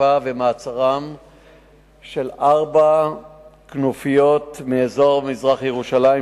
לחשיפה ולמעצר של ארבע כנופיות מאזור מזרח-ירושלים,